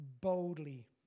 boldly